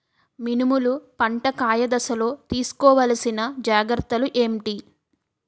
మినుములు పంట కాయ దశలో తిస్కోవాలసిన జాగ్రత్తలు ఏంటి?